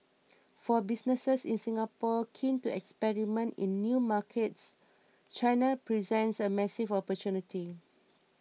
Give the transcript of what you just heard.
for businesses in Singapore keen to experiment in new markets China presents a massive opportunity